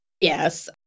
Yes